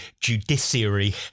judiciary